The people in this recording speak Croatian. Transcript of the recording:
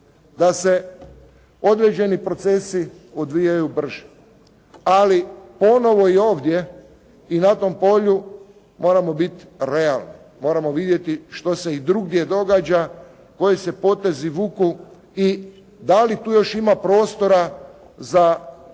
Da se određeni procesi odvijaju brže. Ali ponovo i ovdje i na tom polju moramo biti realni. Moramo vidjeti što se i drugdje događa, koji se potezi vuku i da li tu još ima prostora za